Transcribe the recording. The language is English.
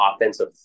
offensive